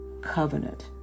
covenant